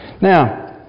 Now